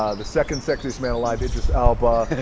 ah the second sexiest man alive, idris elba.